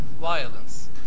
violence